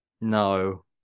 No